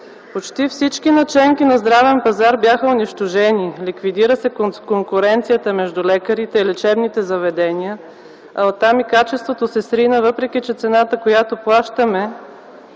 Почти всички наченки на здравен пазар бяха унищожени, ликвидира се конкуренцията между лекарите и лечебните заведения, а оттам и качеството се срина, въпреки че цената, която плащаме